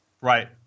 Right